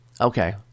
Okay